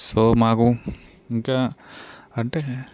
so మాకు ఇంకా అంటే